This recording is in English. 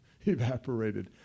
evaporated